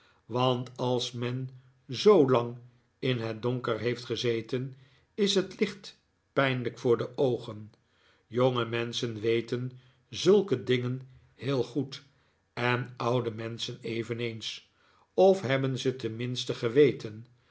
want als men zoolang in het donker heeft gezeten is het licht pijnlijk voor de oogen jonge menschen weten zulke dingen heel goed en oude menschen eveneens of hebben ze tenminste geweten